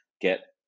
get